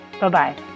Bye-bye